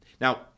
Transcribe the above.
Now